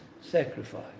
sacrifice